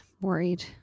worried